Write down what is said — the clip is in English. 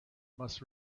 must